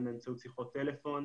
גם באמצעות שיחות טלפון.